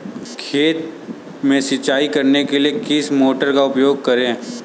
खेत में सिंचाई करने के लिए किस मोटर का उपयोग करें?